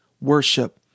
worship